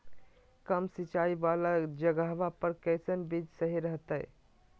कम सिंचाई वाला जगहवा पर कैसन बीज सही रहते?